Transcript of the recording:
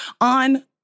on